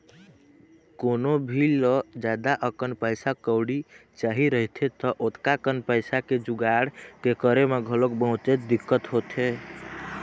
कोनो भी ल जादा अकन पइसा कउड़ी चाही रहिथे त ओतका कन पइसा के जुगाड़ के करे म घलोक बहुतेच दिक्कत होथे